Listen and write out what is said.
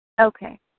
Okay